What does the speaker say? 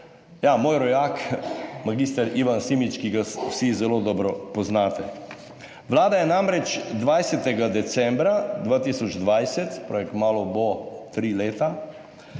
ja, moj rojak mag. Ivan Simič, ki ga vsi zelo dobro poznate. Vlada je namreč 20. decembra 2020, se pravi, kmalu bo tri leta,